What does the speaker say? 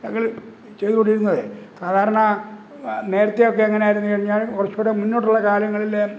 ഞങ്ങൾ ചെയ്തു കൊണ്ടിരുന്നതേ സാധാരണ നേരത്തെ ഒക്കെ എങ്ങനെയായിരുന്നു എന്ന് കഴിഞ്ഞാല് കുറച്ചുകൂടെ മുന്നോട്ടുള്ള കാലങ്ങളിലെ